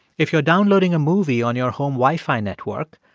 if you're downloading a movie on your home wi-fi network,